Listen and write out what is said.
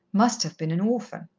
must have been an orphan.